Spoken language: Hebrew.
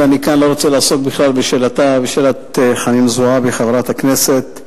ואני כאן לא רוצה לעסוק בכלל בשאלת חברת הכנסת זועבי,